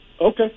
Okay